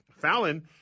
Fallon